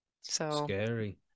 Scary